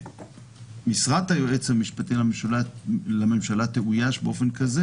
שמשרת היועץ המשפטי לממשלה תאויש באופן כזה